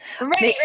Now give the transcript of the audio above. Right